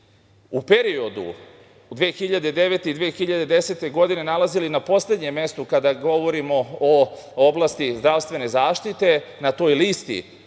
u periodu 2009. i 210. godine nalazili na poslednjem mestu, kada govorimo o oblasti zdravstvene zaštite. Na toj listi